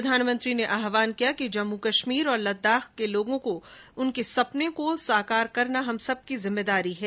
प्रधानमंत्री ने आह्वान किया कि जम्मू कश्मीर और लद्दाख के लोगों के सपनों को साकार करना हम सबकी जिम्मेदारी है